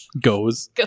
Goes